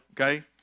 okay